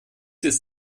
ist